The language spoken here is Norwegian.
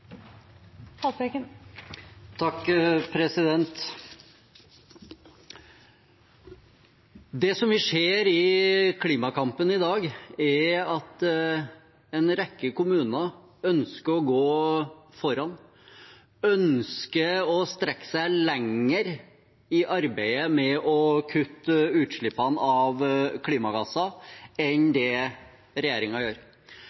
at en rekke kommuner ønsker å gå foran, ønsker å strekke seg lenger i arbeidet med å kutte i utslippene av klimagasser enn det regjeringen gjør.